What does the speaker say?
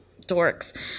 dorks